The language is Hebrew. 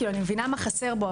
כי אני מבינה מה חסר בו,